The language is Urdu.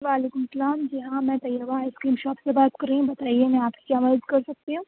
وعلیکم السّلام جی ہاں میں طیبہ آئس کریم شاپ سے بات کر رہی ہوں بتائیے میں آپ کی کیا مدد کر سکتی ہوں